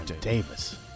Davis